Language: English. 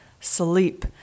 sleep